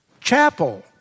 chapel